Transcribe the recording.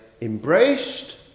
embraced